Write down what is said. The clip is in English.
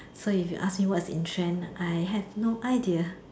so if you ask me what is in trend I have no idea